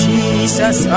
Jesus